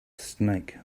snake